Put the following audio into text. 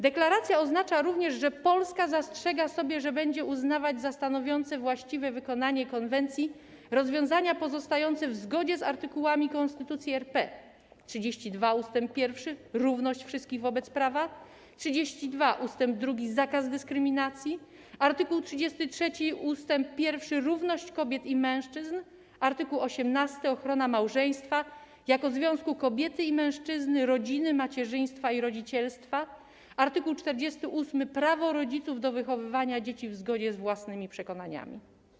Deklaracja oznacza również, że Polska zastrzega sobie, że będzie uznawać za stanowiące właściwe wykonanie konwencji rozwiązania pozostające w zgodzie z artykułami Konstytucji RP: art. 32 ust. 1 - równość wszystkich wobec prawa, art. 32 ust. 2 - zakaz dyskryminacji, art. 33 ust. 1 - równość kobiet i mężczyzn, art. 18 - ochrona małżeństwa jako związku kobiety i mężczyzny, rodziny, macierzyństwa i rodzicielstwa, art. 48 - prawo rodziców do wychowywania dzieci w zgodzie z własnymi przekonaniami.